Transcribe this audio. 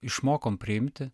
išmokom priimti